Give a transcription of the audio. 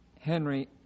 Henry